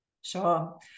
Sure